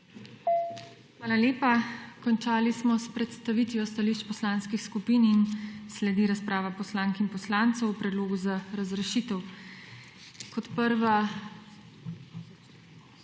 Hvala lepa. Končali smo s predstavitvijo stališč poslanskih skupin in sledi razprava poslank in poslancev o predlogu za razrešitev. Kot prva…